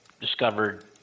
discovered